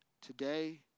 today